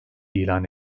ilan